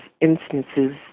instances